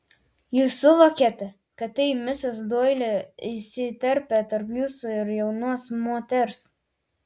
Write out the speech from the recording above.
jūs suvokėte kad tai misis doili įsiterpė tarp jūsų ir jaunos moters